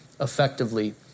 effectively